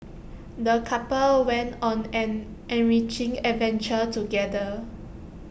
the couple went on an enriching adventure together